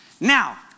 Now